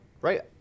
right